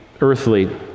earthly